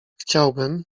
chciałbym